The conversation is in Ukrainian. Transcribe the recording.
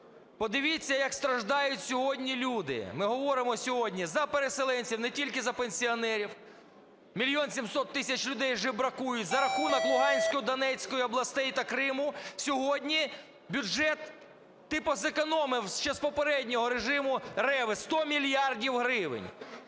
Подивіться, як страждають сьогодні люди. Ми говоримо сьогодні за переселенців, не тільки за пенсіонерів. Мільйон 700 тисяч людей жебракують. За рахунок Луганської, Донецької областей та Криму сьогодні бюджет типу зекономив ще з попереднього режиму Реви 100 мільярдів гривень.